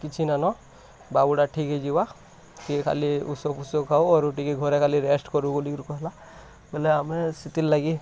କିଛି ନାଇଁ ନ ବାବୁ ଟା ଠିକ୍ ହେଇଯିବ ସେ ଖାଲି ଔଷଧ ଫୁସଦ ଖାଉ ଅରୁ ଟିକେ ଘରେ ଖାଲି ରେଷ୍ଟ କରୁ ବୋଲି କିରି କହିଲା ବେଲେ ଆମେ ସେଥିର୍ ଲାଗି